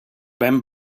ben